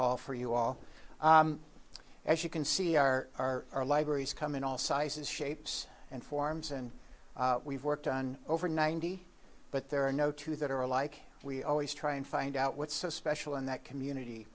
hall for you all as you can see our libraries come in all sizes shapes and forms and we've worked on over ninety but there are no two that are alike we always try and find out what's so special in that community